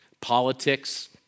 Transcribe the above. politics